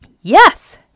Yes